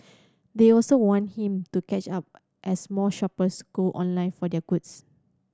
they also want him to catch up as more shoppers go online for their goods